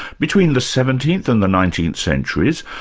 between the seventeenth and the nineteenth centuries,